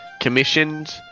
commissioned